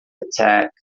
attack